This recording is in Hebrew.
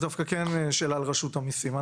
זו דווקא כן שאלה לרשות המיסים.